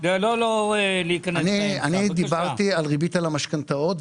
אני דיברתי על הריבית על המשכנתאות,